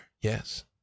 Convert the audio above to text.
yes